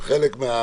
"יהיו